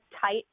tight